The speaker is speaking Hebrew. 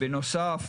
בנוסף,